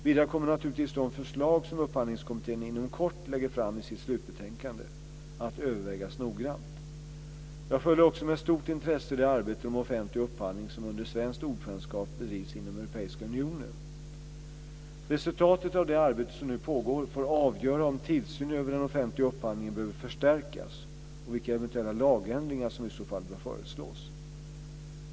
Vidare kommer naturligtvis de förslag som Upphandlingskommittén inom kort lägger fram i sitt slutbetänkande att övervägas noggrant. Jag följer också med stort intresse det arbete om offentlig upphandling som under svenskt ordförandeskap bedrivs inom Resultatet av det arbete som nu pågår får avgöra om tillsynen över den offentliga upphandlingen behöver förstärkas och vilka eventuella lagändringar som i så fall bör föreslås.